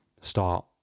start